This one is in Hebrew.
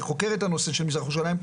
וחוקר את הנושא של מזרח ירושלים,